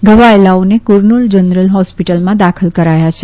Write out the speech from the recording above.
ઘવાયેલાઓને Kurnool general હોસ્પિટલમાં દાખલ કરાયા છે